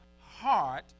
heart